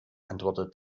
antwortete